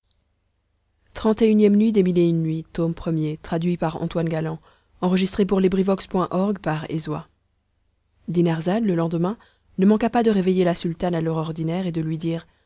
nuit dinarzade le lendemain ne manqua pas de réveiller la sultane à l'heure ordinaire et de lui dire